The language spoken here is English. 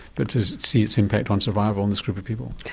but to see its impact on survival on this group of people.